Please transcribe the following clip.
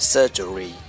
Surgery